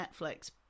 Netflix